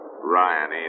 Ryan